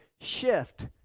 shift